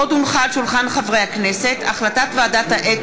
בהצעת חוק עבודת נשים (תקופת לידה והורות